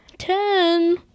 Ten